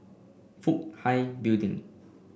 Fook Hai Building